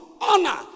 honor